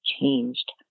changed